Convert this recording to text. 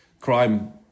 crime